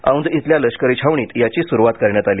औंध श्रील्या लष्करी छावणीत याची सुरुवात करण्यात आली